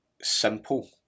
simple